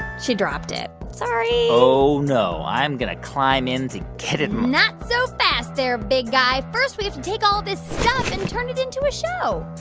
she dropped it. sorry oh, no. i'm going to climb in to get it. not so fast there, big guy. first, we have to take all this stuff and turn it into a show